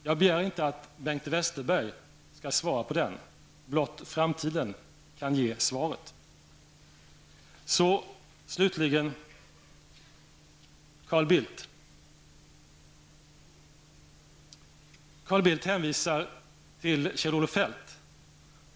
Jag begär inte att Bengt Westerberg skall svara, blott framtiden kan ge svaret. Så slutligen till Carl Bildt, som hänvisar till Kjell Olof Feldt.